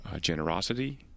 generosity